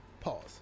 Pause